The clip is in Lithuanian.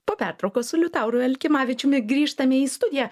po pertraukos su liutauru elkimavičiumi grįžtame į studiją